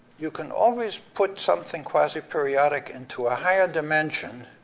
you can always put something quasiperiodic into a higher dimension,